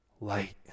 light